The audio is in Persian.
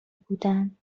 بودم